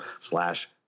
slash